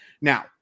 now